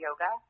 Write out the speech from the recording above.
yoga